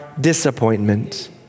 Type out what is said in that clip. disappointment